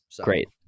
Great